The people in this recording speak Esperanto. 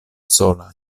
sola